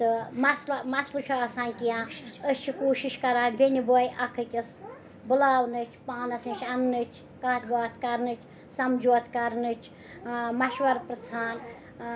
تہٕ مصلہ مصلہٕ چھُ آسان کیٚنٛہہ أسۍ چھِ کوٗشِش کران بیٚنہِ بأے اَکھ أکِس بُلاونٕچ پانَس نِش اَننٕچ کَتھ باتھ کرنٕچ سَمجھوتھ کرنٕچ مَشوَر پِرٛژھان